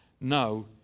No